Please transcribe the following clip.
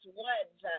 words